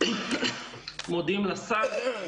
מודים לשר.